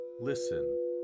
listen